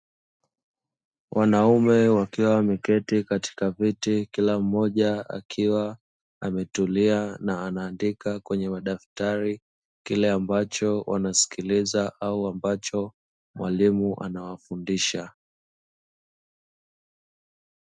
Wanaume wakiwa wameketi katika viti kila mmoja akiwa ametulia na anaandika kwenye daftari, kile ambacho wanasikiliza au ambacho mwalimu anawafundisha.